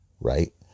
right